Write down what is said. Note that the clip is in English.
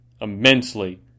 immensely